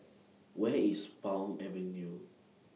Where IS Palm Avenue